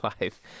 life